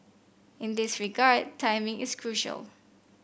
in this regard timing is crucial